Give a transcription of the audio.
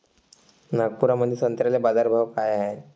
नागपुरामंदी संत्र्याले बाजारभाव काय हाय?